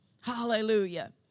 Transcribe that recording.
hallelujah